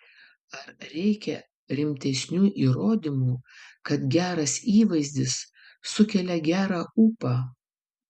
ar reikia rimtesnių įrodymų kad geras įvaizdis sukelia gerą ūpą